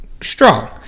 strong